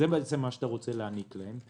זה מה שרוצים להעניק להם.